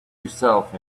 yourself